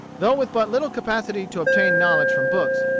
though with but little capacity to obtain knowledge from books,